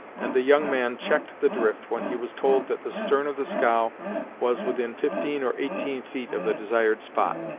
and the young man checked the drift when he was told that the stern of the scow was within fifteen or eighteen feet of the desired spot.